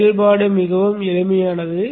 செயல்பாடு மிகவும் எளிமையானது